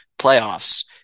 playoffs